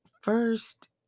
first